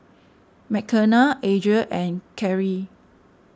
Mckenna Adria and Karrie